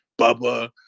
bubba